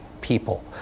people